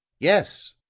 yes,